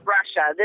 Russia